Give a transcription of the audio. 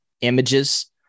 images